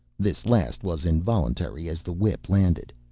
this last was involuntary as the whip landed.